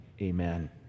amen